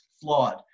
flawed